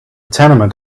tenement